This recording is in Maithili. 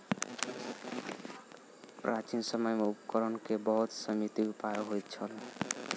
प्राचीन समय में उपकरण के बहुत सीमित उपाय होइत छल